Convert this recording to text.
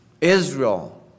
Israel